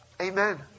Amen